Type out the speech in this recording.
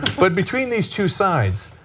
but between these two sides,